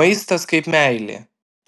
maistas kaip meilė